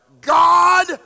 God